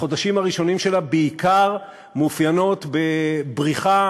החודשים הראשונים שלה בעיקר מאופיינים בבריחה